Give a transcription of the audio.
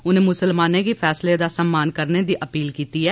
उन्नै मुसलमानें गी फैसले दा सम्मान करने दी अपील कीती ऐ